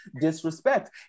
disrespect